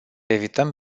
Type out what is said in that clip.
evităm